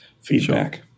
feedback